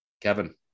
Kevin